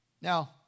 Now